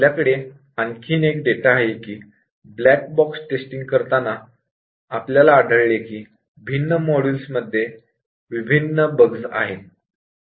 आपल्याकडे आणखी एक डेटा आहे कि ब्लॅक बॉक्स टेस्टिंग करताना आपल्याला आढळले की भिन्न मॉड्यूल मध्ये भिन्न बग्स आहेत